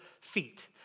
feet